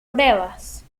pruebas